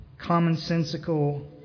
commonsensical